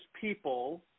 people